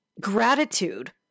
gratitude